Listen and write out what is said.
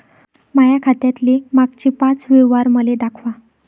माया खात्यातले मागचे पाच व्यवहार मले दाखवा